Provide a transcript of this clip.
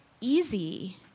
easy